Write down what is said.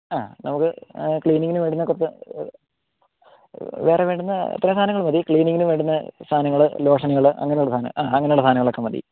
ആ നമുക്ക് ക്ലീനിങ്ങിന് വേണ്ടുന്ന കുറച്ച് വേറെ വേണ്ടുന്നത് ഇത്രയും സാധനങ്ങൾ മതി ക്ലീനിങ്ങിന് വേണ്ടുന്ന സാധനങ്ങൾ ലോഷനുകൾ അങ്ങനെ ഉള്ള സാധനം ഹാ അങ്ങനെ ഉള്ള സാധനങ്ങൾ ഒക്കെ മതി